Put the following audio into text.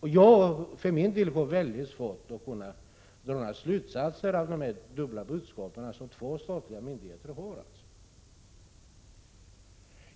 Jag för min del har väldigt svårt att dra några slutsatser ur de dubbla budskap som de två statliga myndigheterna har lämnat.